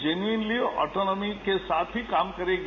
generally autonomy के साथ ही काम करेगी